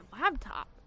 laptop